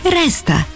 resta